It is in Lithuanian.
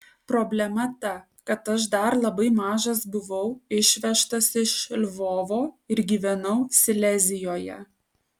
problema ta kad aš dar labai mažas buvau išvežtas iš lvovo ir gyvenau silezijoje